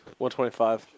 125